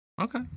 Okay